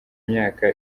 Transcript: imyaka